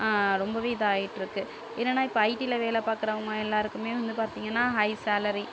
ரொம்பவே இதாயிட்டிருக்கு என்னன்னா இப்போ ஐடியில வேலை பார்க்குறவங்க எல்லாருக்குமே வந்து பார்த்திங்கன்னா ஹய் சேலரி